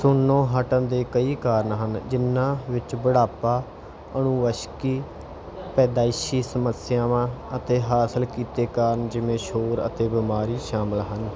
ਸੁਣਨੋਂ ਹਟਣ ਦੇ ਕਈ ਕਾਰਨ ਹਨ ਜਿਨ੍ਹਾਂ ਵਿੱਚ ਬੁਢਾਪਾ ਅਨੁਵੰਸ਼ਕੀ ਪੈਦਾਇਸ਼ੀ ਸਮੱਸਿਆਵਾਂ ਅਤੇ ਹਾਸਿਲ ਕੀਤੇ ਕਾਰਨ ਜਿਵੇਂ ਸ਼ੋਰ ਅਤੇ ਬਿਮਾਰੀ ਸ਼ਾਮਲ ਹਨ